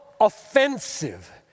offensive